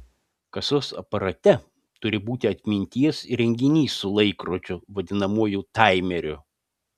kasos aparate turi būti atminties įrenginys su laikrodžiu vadinamuoju taimeriu